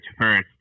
first